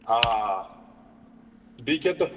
آ آ بیٚیہِ کیٛاہ تہٕ